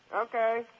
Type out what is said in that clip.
Okay